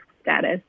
status